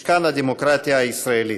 משכן הדמוקרטיה הישראלית.